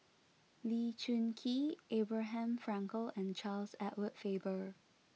Lee Choon Kee Abraham Frankel and Charles Edward Faber